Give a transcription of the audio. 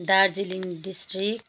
Darjeeling district